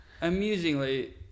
Amusingly